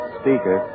speaker